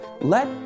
Let